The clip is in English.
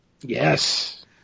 Yes